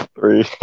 Three